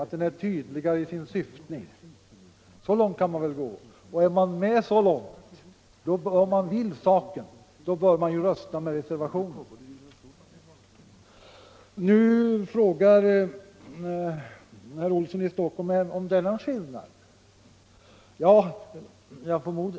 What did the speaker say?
Och är man med så långt och alltså är för en kartläggning bör man rösta med reservationen. Herr Olsson i Stockholm frågar om det är någon skillnad.